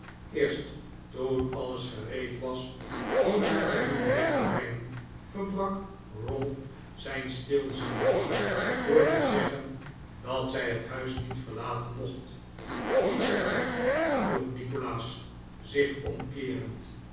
eerst toen alles gereed was om madeline weg te brengen verbrak ralph zijn stilzwijgen door te zeggen dat zij het huis niet verlaten mocht wie zegt dat vroeg nikolaas zich omkeerend